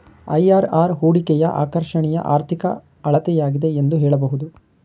IRR ಹೂಡಿಕೆಯ ಆಕರ್ಷಣೆಯ ಆರ್ಥಿಕ ಅಳತೆಯಾಗಿದೆ ಎಂದು ಹೇಳಬಹುದು